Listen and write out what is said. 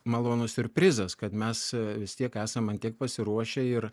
malonus siurprizas kad mes vis tiek esam ant tiek pasiruošę ir